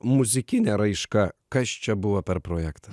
muzikinė raiška kas čia buvo per projektą